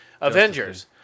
Avengers